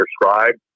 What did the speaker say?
prescribed